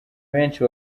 benshi